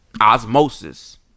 Osmosis